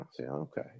okay